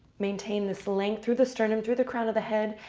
maintain this length through the sternum, through the crown of the head.